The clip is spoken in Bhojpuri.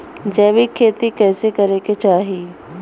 जैविक खेती कइसे करे के चाही?